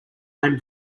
lime